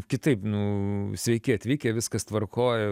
kitaip nu sveiki atvykę viskas tvarkoj